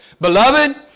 Beloved